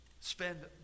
spend